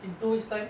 in two weeks' time